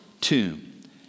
tomb